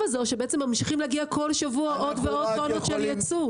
הזה או שבעצם ממשיכים להגיע כל שבוע עוד ועוד טונות של ייבוא?